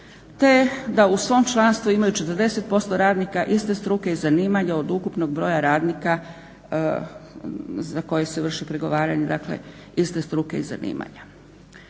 te da u svom članstvu imaju 40% radnika iste struke i zanimanja od ukupnog broja radnika za koje se vrši pregovaranje, dakle iste struke i zanimanja.